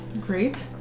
Great